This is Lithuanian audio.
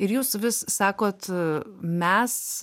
ir jūs vis sakot mes